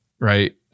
right